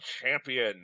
champion